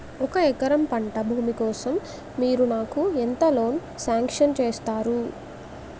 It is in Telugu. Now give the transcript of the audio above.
ఒక ఎకరం పంట భూమి కోసం మీరు నాకు ఎంత లోన్ సాంక్షన్ చేయగలరు?